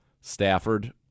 Stafford